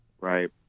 right